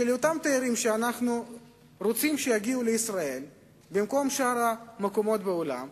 שאותם תיירים שאנחנו רוצים שיגיעו לישראל במקום לשאר המקומות בעולם,